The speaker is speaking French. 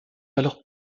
alors